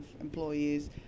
employees